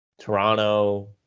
Toronto –